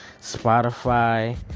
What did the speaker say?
Spotify